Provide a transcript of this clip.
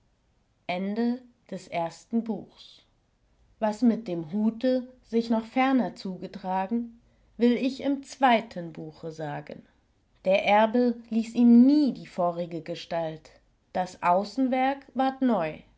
was mit dem hute sich noch ferner zugetragen will ich im zweiten buche sagen der erbe ließ ihm nie die vorige gestalt das außenwerk ward neu